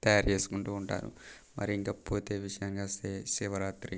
తయారుచేసుకుంటూ ఉంటారు మరి ఇంకా పోతే విషయంకొస్తే శివరాత్రి